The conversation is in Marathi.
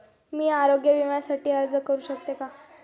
मी आरोग्य विम्यासाठी अर्ज करू शकतो का?